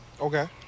Okay